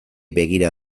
begira